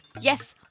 Yes